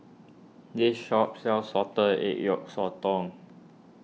this shop sells Salted Egg Yolk Sotong